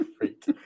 great